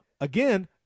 again